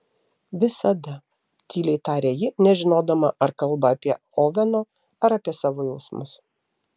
visada tyliai tarė ji nežinodama ar kalba apie oveno ar apie savo jausmus